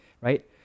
right